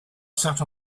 sat